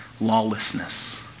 lawlessness